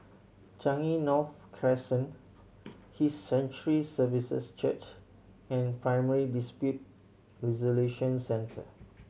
Changi North Crescent His Sanctuary Services Church and Primary Dispute Resolution Centre